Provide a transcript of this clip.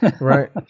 right